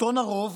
הרוב